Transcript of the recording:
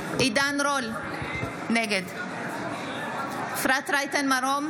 רול, נגד אפרת רייטן מרום,